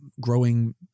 growing